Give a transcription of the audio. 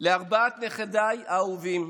לארבעת נכדיי האהובים,